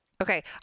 Okay